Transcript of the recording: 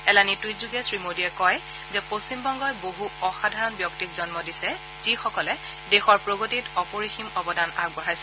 এলানি টুইটযোগে শ্ৰীমোদীয়ে কয় যে পশ্চিমবংগই বহু অসাধাৰণ ব্যক্তিক জন্ম দিছে যিসকলে দেশৰ প্ৰগতিত অপৰিসীম অৱদান আগবঢ়াইছে